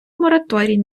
мораторій